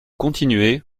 continuez